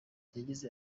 yagize